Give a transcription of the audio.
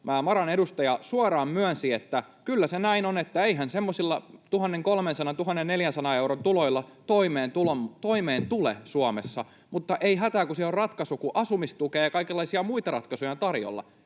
MaRan edustaja suoraan myönsi, että kyllä se näin on, että eihän semmoisilla 1 300:n, 1 400 euron tuloilla toimeen tule Suomessa, mutta ei hätää, kun siihen on ratkaisu: asumistukea ja kaikenlaisia muita ratkaisuja on tarjolla.